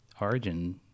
Origin